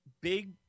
big